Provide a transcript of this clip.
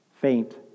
faint